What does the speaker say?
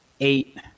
eight